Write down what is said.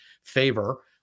favor